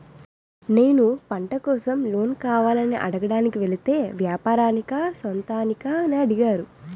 నేను పంట కోసం లోన్ కావాలని అడగడానికి వెలితే వ్యాపారానికా సొంతానికా అని అడిగారు